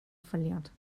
verliert